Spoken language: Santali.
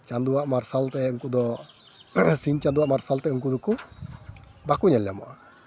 ᱪᱟᱸᱫᱳᱣᱟᱜ ᱢᱟᱨᱥᱟᱞ ᱛᱮ ᱩᱱᱠᱩ ᱫᱚ ᱥᱤᱧ ᱪᱟᱸᱫᱳᱣᱟᱜ ᱢᱟᱨᱥᱟᱞ ᱛᱮ ᱩᱱᱠᱩ ᱫᱚᱠᱚ ᱵᱟᱠᱚ ᱧᱮᱞ ᱧᱟᱢᱚᱜᱼᱟ